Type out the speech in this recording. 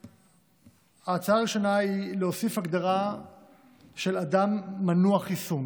ההצעה הראשונה היא להוסיף הגדרה של אדם מנוע חיסון